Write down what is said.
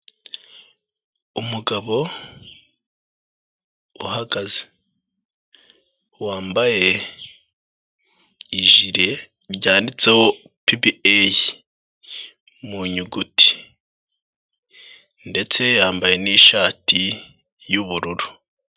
Umugabo uhagaze wambaye ijire ryanditseho PBA mu nyuguti ndetse yambaye n'ishati y'ubururu.